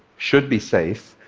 should be safe.